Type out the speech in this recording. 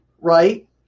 Right